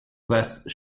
class